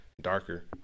darker